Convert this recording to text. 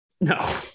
No